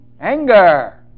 Anger